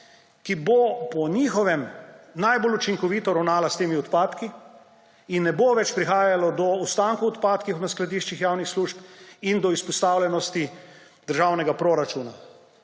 ki bo po njihovem najbolj učinkovito ravnala s temi odpadki in ne bo več prihajalo do ostankov odpadkov v skladiščih javnih služb in do izpostavljenosti državnega proračuna.